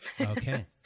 Okay